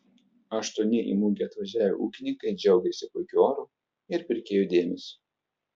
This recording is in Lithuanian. aštuoni į mugę atvažiavę ūkininkai džiaugėsi puikiu oru ir pirkėjų dėmesiu